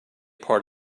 part